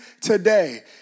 today